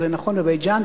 זה נכון בבית-ג'ן,